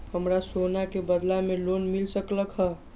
हमरा सोना के बदला में लोन मिल सकलक ह?